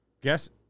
guess